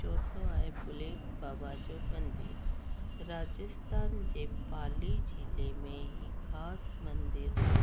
चौथों आहे बुलेट बाबा जो मंदरु राजस्थान जे पाली ज़िले में हीउ ख़ासि मंदरु आहे